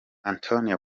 antonio